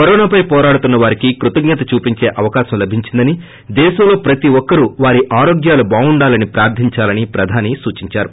కరోనాపై వోరాడుతున్న వారికి కృతజ్ఞత చూపించే అవకాశం లభించిందని దేశంలో ప్రతి ఒక్కరూ వారి ఆరోగ్యాలు బాగుండాలని ప్రార్గించాలని ప్రధాని సూచిందారు